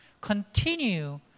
continue